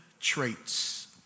Traits